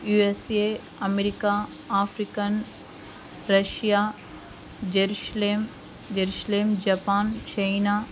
USA America African Russia Jerusalem Jerusalem Japan China